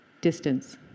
distance